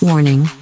Warning